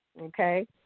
okay